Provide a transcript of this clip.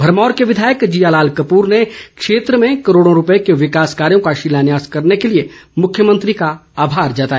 भरमौर के विधायक जियालाल कपूर ने क्षेत्र में करोड़ों रूपये के विकास कार्यों का शिलान्यास करने के लिए मुख्यमंत्री का आभार जताया